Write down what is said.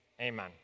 amen